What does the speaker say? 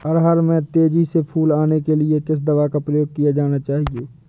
अरहर में तेजी से फूल आने के लिए किस दवा का प्रयोग किया जाना चाहिए?